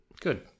Good